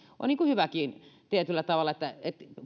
on hyväkin tietyllä tavalla että